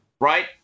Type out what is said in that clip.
right